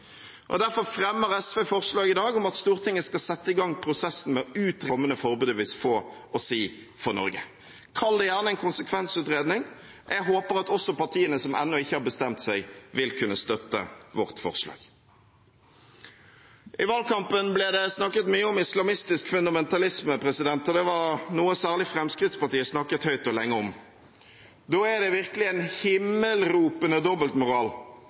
Trump. Derfor fremmer SV forslag i dag om at Stortinget skal sette i gang prosessen med å utrede hva det kommende forbudet vil få å si for Norge. Kall det gjerne en konsekvensutredning. Jeg håper at også partiene som ennå ikke har bestemt seg, vil kunne støtte vårt forslag. I valgkampen ble det snakket mye om islamistisk fundamentalisme. Det er noe særlig Fremskrittspartiet har snakket høyt og lenge om. Da er det virkelig en himmelropende dobbeltmoral